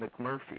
McMurphy